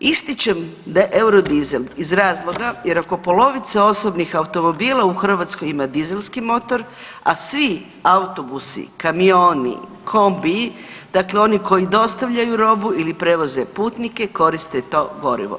Ističem da je Eurodizel iz razloga, jer ako polovica osobnih automobila u Hrvatskoj ima dizelski motor, a svi autobusi, kamioni, kombiji, dakle oni koji dostavljaju robu ili prevoze putnike, koriste to gorivo.